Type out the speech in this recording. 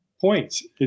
points